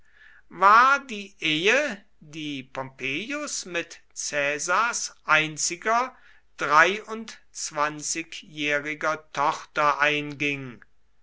war die ehe die pompeius mit caesars einziger dreiundzwanzigjähriger tochter einging